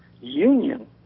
union